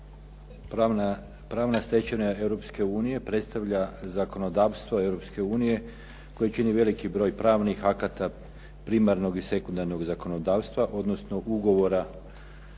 Europske unije predstavlja zakonodavstvo Europske unije koji čini veliki broj pravnih akata primarnog i sekundarnog zakonodavstva odnosno ugovora,